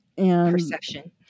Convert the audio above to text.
Perception